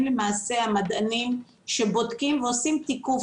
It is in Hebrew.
הם למעשה המדענים שבודקים ועושים תיקוף